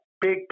big